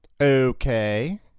Okay